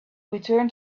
return